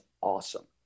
awesome